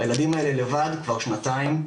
הילדים האלה לבד כבר שנתיים,